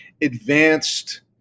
advanced